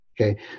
okay